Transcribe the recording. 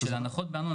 של הנחות בארנונה,